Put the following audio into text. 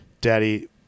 Daddy